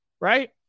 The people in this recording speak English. right